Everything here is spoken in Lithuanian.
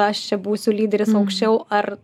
aš čia būsiu lyderis aukščiau ar